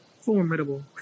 Formidable